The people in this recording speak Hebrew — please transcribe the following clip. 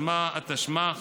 התשמ"ח